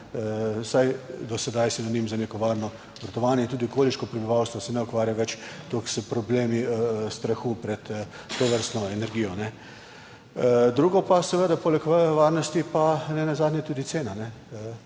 vsaj do sedaj sinonim za neko varno obratovanje in tudi okoliško prebivalstvo se ne ukvarja več toliko s problemi strahu pred tovrstno energijo. Drugo pa seveda poleg varnosti pa nenazadnje tudi cena.